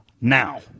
now